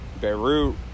Beirut